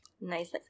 Nice